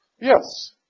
Yes